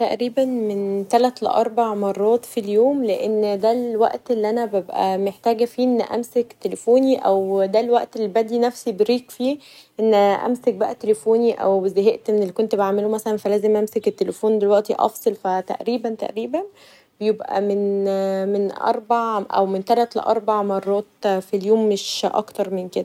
تقريبا من تلات ل اربع مرات في اليوم لان تقريبا دا الوقت اللي محتاجه فيه او دا الوقت اللي بدي نفسه فيه بريك ان امسك تليفوني او زهقت من اللي كنت بعمله مثلا فلازم امسك الفون افصل فتقريبا يبقي من تلات ل اربع مرات ف اليوم مش اكتر من كدا.